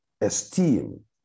esteem